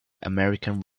american